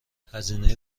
هزینه